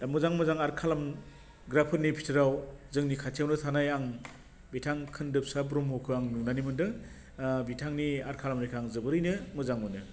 दा मोजां मोजां आर्ट खालामग्राफोरनि बिथोराव जोंनि खाथियावनो थानाय आं बिथां खोनदोबसा ब्रह्मखौ आं नुनानै मोनदों ओ बिथांनि आर्ट खालामनायखौ आं जोबोरैनो मोजां मोनो